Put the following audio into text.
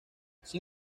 sin